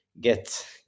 get